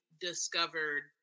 discovered